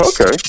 Okay